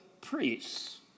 priests